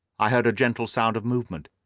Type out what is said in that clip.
i heard a gentle sound of movement,